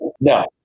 No